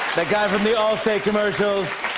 that guy from the allstate commercials.